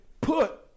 put